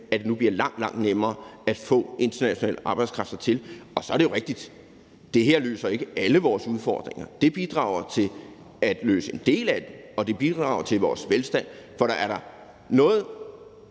at det nu bliver langt, langt nemmere at få international arbejdskraft hertil. Så er det jo rigtigt, at det her ikke løser alle vores udfordringer. Men det bidrager til at løse en del af dem, og det bidrager til vores velstand. For bundlinjen